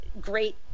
great